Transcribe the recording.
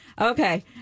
Okay